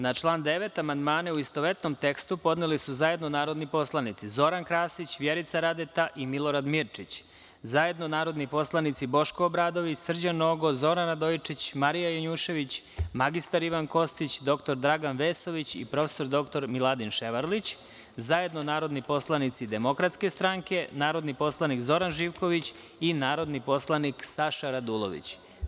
Na član 9. amandmane, u istovetnom tekstu, podneli su zajedno narodni poslanici Zoran Krasić, Vjerica Radeta i Milorad Mirčić, zajedno narodni poslanici Boško Obradović, Srđan Nogo, Zoran Radojičić, Marija Janjušević, mr Ivan Kostić, dr Dragan Vesović i prof. dr Miladin Ševarlić, zajedno narodni poslanici DS, narodni poslanik Zoran Živković i narodni poslanik Saša Radulović.